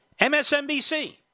MSNBC